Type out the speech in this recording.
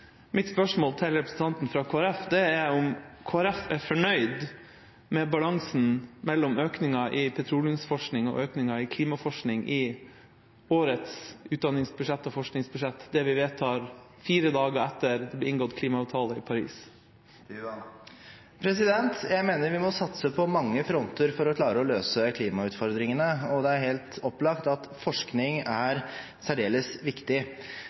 Mitt spørsmål til representanten fra Kristelig Folkeparti er om Kristelig Folkeparti er fornøyd med balansen mellom økninga i petroleumsforskning og økninga i klimaforskning i årets utdannings- og forskningsbudsjett, det vi vedtar fire dager etter inngått klimaavtale i Paris. Jeg mener vi må satse på mange fronter for å klare å løse klimautfordringene, og det er helt opplagt at forskning er særdeles viktig.